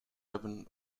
hebben